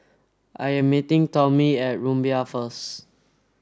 I am meeting Tomie at Rumbia first